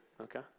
Okay